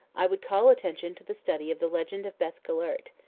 i would call attention to the study of the legend of beth gellert,